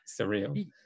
surreal